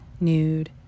nude